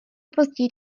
později